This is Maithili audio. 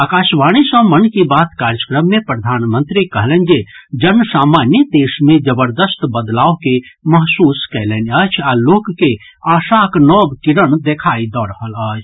आकाशवाणी सँ मन की बात कार्यक्रम मे प्रधानमंत्री कहलनि जे जनसामान्य देश मे जबरदस्त बदलाव के महसूस कयलनि अछि आ लोक के आशाक नव किरण देखाई दऽ रहल अछि